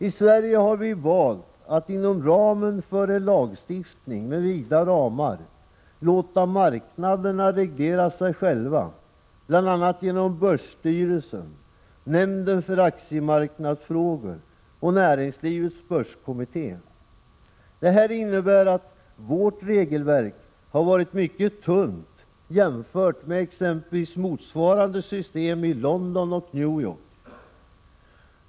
I Sverige har vi valt att inom ramen för en lagstiftning med vida ramar låta marknaderna reglera sig själva bl.a. genom börsstyrelsen, nämnden för aktiemarknadsfrågor och näringslivets börskommitté. Detta innebär att vårt regelverk har varit mycket tunt jämfört med exempelvis motsvarande system i London och New York.